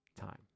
time